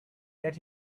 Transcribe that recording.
that